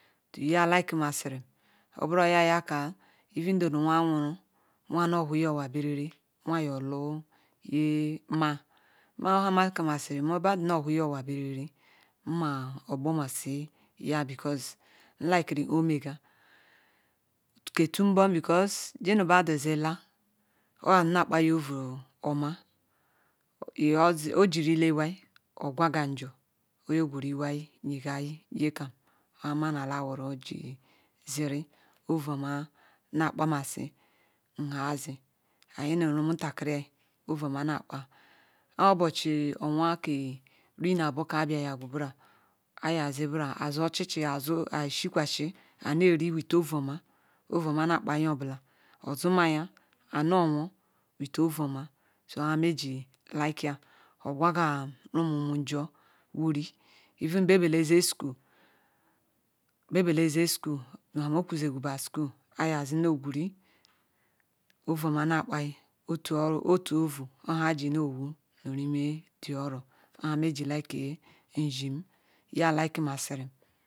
Nde nya lilemagirin obalaye ya ka even na wa wuru wa nohawa berere nu galu ma oha maka magiri bedu no huya owa berere nmogbor masi ya because n ware o mejer ki otum bom because jinubedu sila ozeha kpa ouu oma zozi ourile iwai oghoaga ju ojerile iwai gowma lwai nyegeyi amala ru jiri ziri ovu oma nakpa masi nha zi yanu Rumutelari ovu oma Nakpa obachi ke rinabor biahia zogu mbura Ayi ye ze mbia aza ochichi ashikuasi anaeri keise ovuoma ovuoma na kpa nye obala ozu maya anowo wise ovuoma hamegi likeya ogwaga omem aju wiri ein bebale oze subela okrou zegwu zukalu onugwari ovu oma na kpai otu ovu ola ajinuwu nu tu oro oha mejiri like izim ya likema zirim